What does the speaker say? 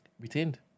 retained